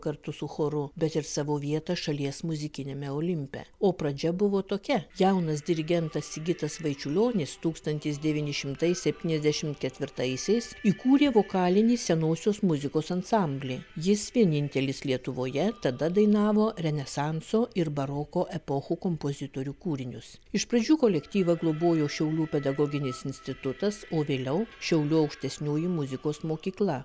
kartu su choru bet ir savo vietą šalies muzikiniame olimpe o pradžia buvo tokia jaunas dirigentas sigitas vaičiulionis tūkstantis devyni šimtai septyniasdešim ketvirtaisiais įkūrė vokalinį senosios muzikos ansamblį jis vienintelis lietuvoje tada dainavo renesanso ir baroko epochų kompozitorių kūrinius iš pradžių kolektyvą globojo šiaulių pedagoginis institutas o vėliau šiaulių aukštesnioji muzikos mokykla